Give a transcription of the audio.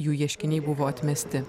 jų ieškiniai buvo atmesti